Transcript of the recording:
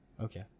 Okay